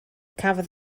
cafodd